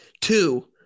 Two